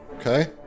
Okay